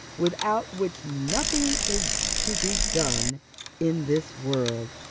without which nothing is to be done in this world.